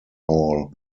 hall